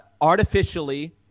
artificially